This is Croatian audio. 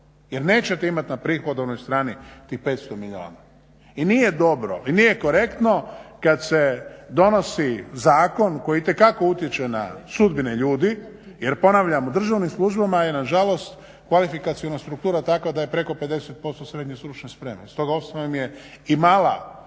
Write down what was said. jer nećete imati na prihodovnoj strani tih 500 milijuna i nije dobro i nije korektno kad se donosi zakon koji itekako utječe na sudbine ljudi jer ponavljam, u državnim službama je nažalost kvalifikaciona struktura takva da je preko 50% srednje stručne spreme,